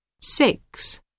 six